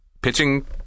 pitching